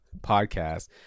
podcast